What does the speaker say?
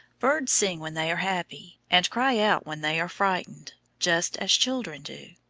b irds sing when they are happy, and cry out when they are frightened, just as children do.